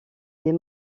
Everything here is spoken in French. des